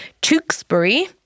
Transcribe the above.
Tewkesbury